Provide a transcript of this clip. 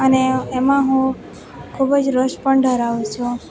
અને એમાં હું ખૂબ જ રસ પણ ધરાવું છું